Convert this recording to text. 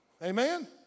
Amen